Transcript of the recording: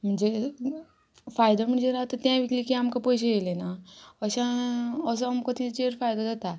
म्हणजे फायदो म्हणजेर आतां तें विकलें की आमकां पयशे येयले ना अशें असो आमकां तेचेर फायदो जाता